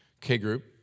K-group